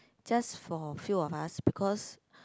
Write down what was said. just for few of us because